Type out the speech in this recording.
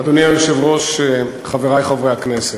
אדוני היושב-ראש, חברי חברי הכנסת,